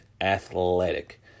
athletic